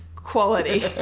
Quality